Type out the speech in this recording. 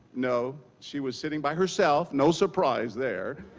no, she was sitting by herself, no surprise there,